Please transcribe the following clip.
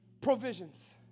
provisions